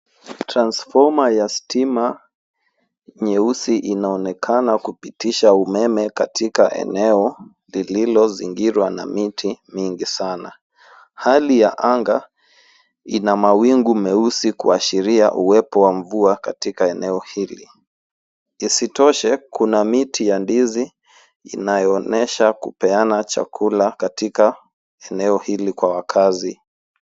Transfoma ya stima nyeusi inaonekana kupitisha umeme katika eneo lililozingirwa na miti mingi sana. Hali ya anga ina mawingu meusi kuashiria uwepo wa mvua katika eneo hili. Isitoshe, kuna miti ya ndizi inayoonyesha kupeana chakula katika eneo hili kwa wakazi.